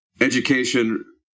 education